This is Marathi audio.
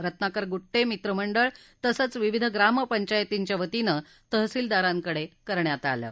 रत्नाकर गुड्डे मित्र मंडळ तसंच विविध ग्रामपंचायतीच्या वतीनं तहसीलदार यांच्याकडे करण्यात आली आहे